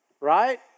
right